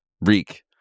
Reek